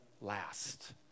last